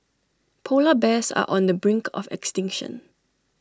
Polar Bears are on the brink of extinction